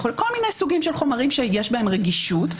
כל מיני סוגי חומרים שיש בהם רגישות.